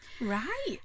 Right